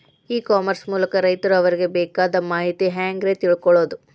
E commerce ಮೂಲಕ ರೈತರು ಅವರಿಗೆ ಬೇಕಾದ ಮಾಹಿತಿ ಹ್ಯಾಂಗ ರೇ ತಿಳ್ಕೊಳೋದು?